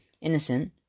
Innocent